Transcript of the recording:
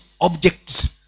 objects